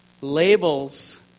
labels